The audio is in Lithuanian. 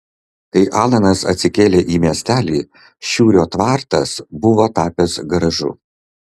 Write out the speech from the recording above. kai alanas atsikėlė į miestelį šiurio tvartas buvo tapęs garažu